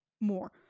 more